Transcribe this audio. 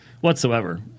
whatsoever